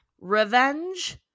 revenge